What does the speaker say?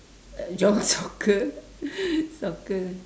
uh jog~ soccer soccer